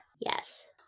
Yes